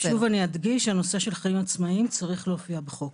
הנושא של חיים עצמאיים צריך להופיע בחוק.